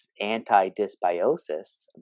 anti-dysbiosis